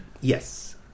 Yes